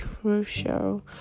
crucial